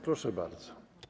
Proszę bardzo.